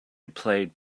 played